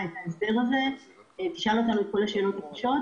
את ההסדר הזה ותשאל אותנו את כל השאלות הקשות,